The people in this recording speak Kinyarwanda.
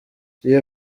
iyi